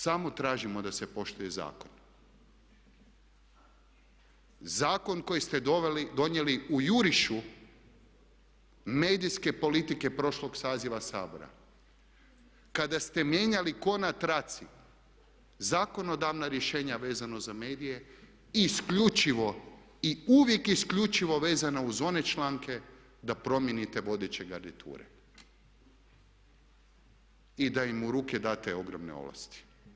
Samo tražimo da se poštuje zakon, zakon koji ste donijeli u jurišu medijske politike prošlog saziva Sabora, kada ste mijenjali ko na traci zakonodavna rješenja vezano za medije i isključivo i uvijek isključivo vezano uz one članke da promijenite vodeće garniture i da im u ruke date ogromne ovlasti.